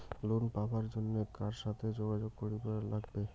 Loan পাবার জন্যে কার সাথে যোগাযোগ করিবার লাগবে?